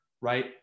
Right